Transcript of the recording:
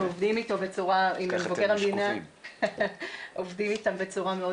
אנחנו עובדים עם מבקר המדינה בצורה מאוד